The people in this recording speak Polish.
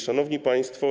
Szanowni Państwo!